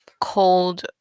cold